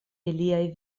iliaj